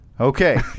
Okay